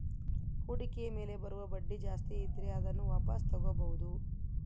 ಹೂಡಿಕೆ ಮೇಲೆ ಬರುವ ಬಡ್ಡಿ ಜಾಸ್ತಿ ಇದ್ರೆ ಅದನ್ನ ವಾಪಾಸ್ ತೊಗೋಬಾಹುದು